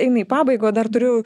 eina į pabaigą o dar turiu